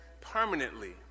permanently